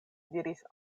diris